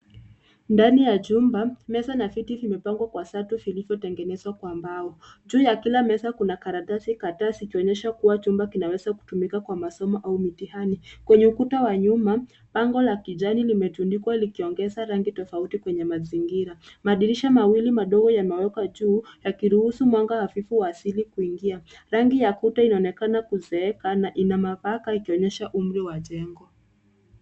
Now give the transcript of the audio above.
Ndani ya chumba meza na viti vimepangwa kwa safu tatu zilizotengenezwa kwa mbao. Juu ya kila meza kuna karatasi kadhaa zikionyesha kuwa chumba kinaweza kutumika kwa masomo au mitihani. Kwenye ukuta wa nyuma bango la kijani limetundikwa likiongeza rangi tofauti kwenye mazingira. Madirisha mawili madogo yamewekwa juu yakiruhusu mwanga hafifu wa asili kuingia. Rangi ya kuta inaonekana kuzeeka na ina mabaka ikionyesha umri wa jengo.